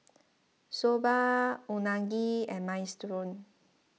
Soba Unagi and Minestrone